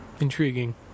intriguing